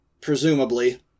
presumably